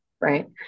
Right